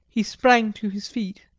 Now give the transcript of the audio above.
he sprang to his feet.